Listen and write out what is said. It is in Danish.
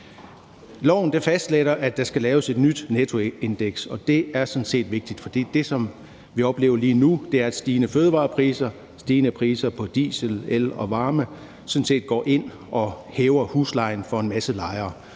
fastlægger, at der skal laves et nyt nettoindeks, og det er sådan set vigtigt, for det, som vi oplever lige nu, er, at stigende fødevarepriser, stigende priser på diesel, el og varme sådan set går ind og hæver huslejen for en masse lejere.